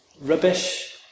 rubbish